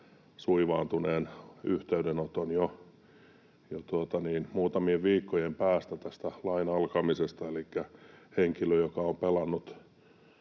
suivaantuneen yhteydenoton jo muutamien viikkojen päästä tästä lain alkamisesta. Henkilöltä, joka on pelannut